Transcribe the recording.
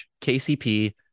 KCP